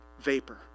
vapor